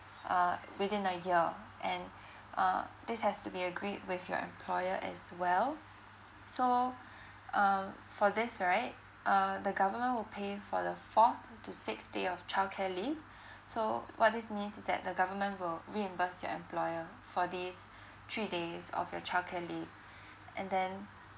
uh within a year and uh this has to be agreed with your employer as well so um for this right uh the government will pay for the fourth to sixth day of childcare leave so what this means is that the government will reimburse your employer for these three days of your childcare leave and then